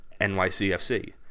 NYCFC